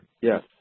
Yes